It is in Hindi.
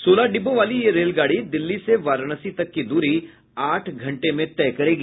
सोलह डिब्बों वाली यह रेलगाडी दिल्ली से वाराणसी तक की दूरी आठ घंटे में तय करेगी